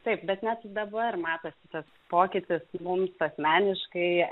taip bet net dabar matosi tas pokytis mums asmeniškai